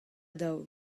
daou